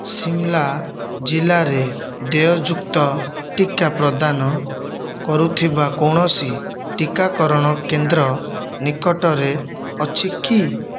ଶିମ୍ଲା ଜିଲ୍ଲାରେ ଦେୟଯୁକ୍ତ ଟିକା ପ୍ରଦାନ କରୁଥିବା କୌଣସି ଟିକାକରଣ କେନ୍ଦ୍ର ନିକଟରେ ଅଛି କି